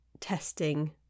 testing